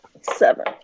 Seven